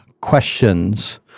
questions